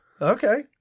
Okay